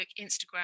instagram